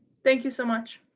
thank you so much.